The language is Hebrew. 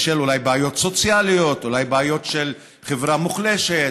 אולי בשל בעיות סוציאליות אולי בשל בעיות של חברה מוחלשת,